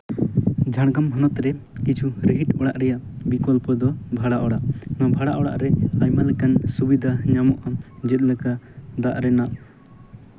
ᱡᱷᱟᱲᱜᱨᱟᱢ ᱦᱚᱱᱚᱛ ᱨᱮ ᱠᱤᱪᱷᱩ ᱨᱤᱦᱤᱴ ᱚᱲᱟᱜ ᱨᱮᱭᱟᱜ ᱵᱤᱠᱚᱞᱯᱚ ᱫᱚ ᱵᱷᱟᱲᱟ ᱚᱲᱟᱜ ᱱᱚᱣᱟ ᱵᱷᱟᱲᱟ ᱚᱲᱟᱜ ᱱᱚᱣᱟ ᱵᱷᱟᱲᱟ ᱚᱲᱟᱜ ᱨᱮ ᱟᱭᱢᱟ ᱞᱮᱠᱟᱱ ᱥᱩᱵᱤᱫᱷᱟ ᱧᱟᱢᱚᱜᱼᱟ ᱡᱮᱞᱮᱠᱟ ᱫᱟᱜ ᱨᱮᱱᱟᱜ